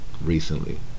Recently